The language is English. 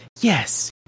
yes